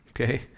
Okay